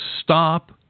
stop